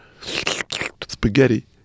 spaghetti